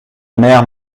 mère